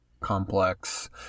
complex